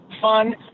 fun